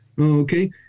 okay